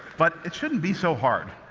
but, it shouldn't be so hard.